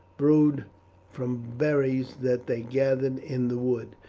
brewed from berries that they gathered in the wood.